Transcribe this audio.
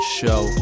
show